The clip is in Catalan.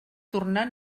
tornar